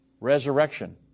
resurrection